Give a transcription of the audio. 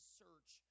search